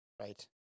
right